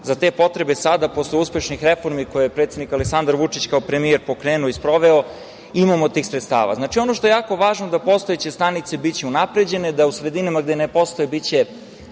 za te potrebe sada posle uspešnih reformi, koje je predsednik Aleksandar Vučić kao premijer, pokrenuo i sproveo, imamo tih sredstava. Znači, ono što je jako važno je da će postojeće stanice biti unapređene, u sredinama gde ne postoje biće